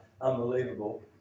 Unbelievable